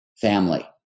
family